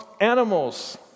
animals